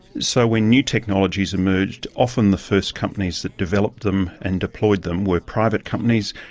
so when new technologies emerged, often the first companies that developed them and deployed them were private companies,